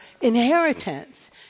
inheritance